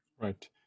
Right